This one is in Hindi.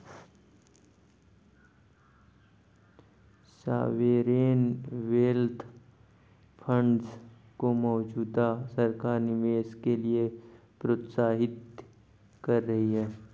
सॉवेरेन वेल्थ फंड्स को मौजूदा सरकार निवेश के लिए प्रोत्साहित कर रही है